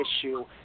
issue